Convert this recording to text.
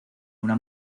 una